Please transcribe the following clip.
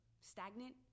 stagnant